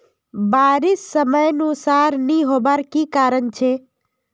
बारिश समयानुसार नी होबार की कारण छे?